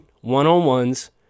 one-on-ones